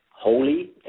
holy